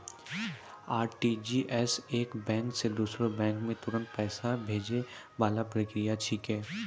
RTGS एक bank से दूसरो बैंक मे तुरंत पैसा भैजै वाला प्रक्रिया छिकै